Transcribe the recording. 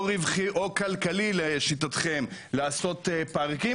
לא רווחי או כלכלי לשיטתכם לעשות פארקים